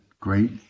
great